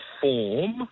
form